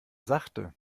sachte